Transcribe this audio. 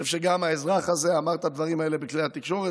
אני חושב שגם האזרח הזה אמר את הדברים האלה בכלי התקשורת,